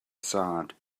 aside